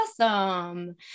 awesome